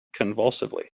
convulsively